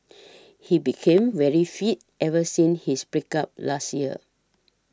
he became very fit ever since his break up last year